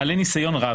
בעלי ניסיון רב,